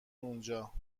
اونجا